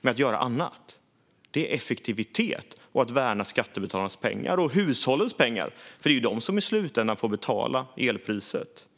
genom att göra annat, nämligen effektivitet och att värna skattebetalarnas och hushållens pengar. Det är de som i slutändan får betala elpriset.